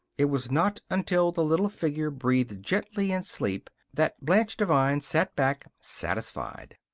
it was not until the little figure breathed gently in sleep that blanche devine sat back, satisfied.